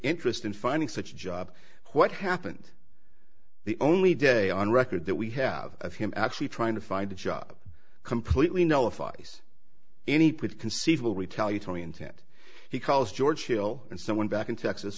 interest in finding such a job what happened the only day on record that we have of him actually trying to find a job completely know if ice any put conceivable retaliatory intent he calls george hill and someone back in texas